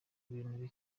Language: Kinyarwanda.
bintu